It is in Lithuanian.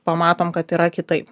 pamatom kad yra kitaip